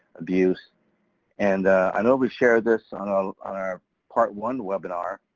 abuse and i know we shared this on ah on our part one webinar,